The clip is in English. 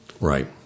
Right